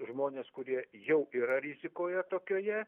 žmonės kurie jau yra rizikoje tokioje